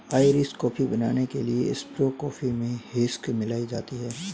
Irish coffee बनाने के लिए एस्प्रेसो कॉफी में व्हिस्की मिलाई जाती है